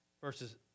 verses